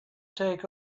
take